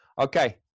okay